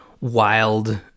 wild